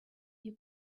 you